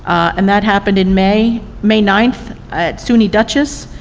and that happened in may, may ninth, at suny dutchess,